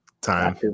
time